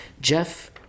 Jeff